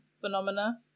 phenomena